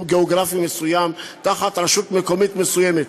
גיאוגרפי מסוים תחת רשות מקומית מסוימת.